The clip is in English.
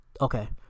Okay